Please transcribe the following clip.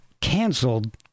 canceled